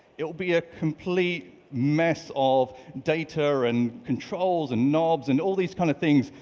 it'll be a complete mess of data and controls and knobs and all these kind of things,